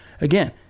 again